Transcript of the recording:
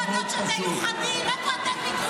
מעונות מיוחדים, איפה אתם?